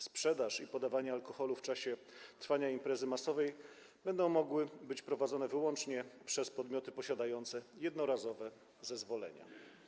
Sprzedaż i podawanie alkoholu w czasie trwania imprezy masowej będą mogły być prowadzone wyłącznie przez podmioty posiadające jednorazowe zezwolenie.